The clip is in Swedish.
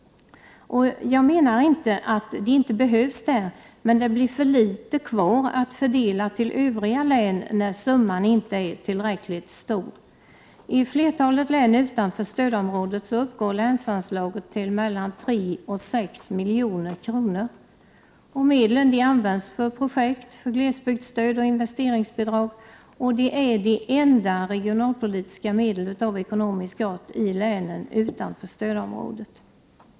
Jag menar inte att de inte behövs där — men det blir för litet kvar att fördela till övriga län, när summan inte är tillräckligt stor. I flertalet län utanför stödområdet uppgår länsanslaget till mellan 3 och 6 milj.kr. Medlen används för projekt, glesbygdsstöd och investeringsbidrag — och de är de enda regionalpolitiska medlen av ekonomisk art i länen utanför stödområdet.